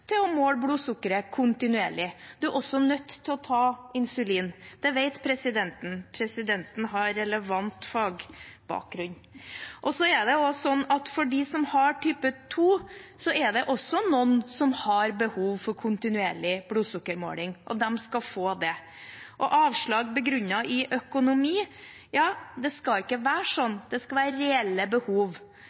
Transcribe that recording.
til å ta insulin. Det vet presidenten – presidenten har relevant fagbakgrunn. Det er også noen av dem som har type 2, som har behov for kontinuerlig blodsukkermåling, og de skal få det. Når det gjelder avslag begrunnet i økonomi, skal det ikke være sånn – det skal være reelle behov.